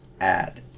add